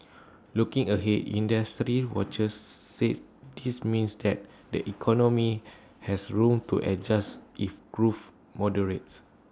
looking ahead industry watchers said this means that the economy has room to adjust if growth moderates